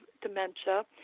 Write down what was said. dementia